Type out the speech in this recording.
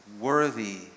worthy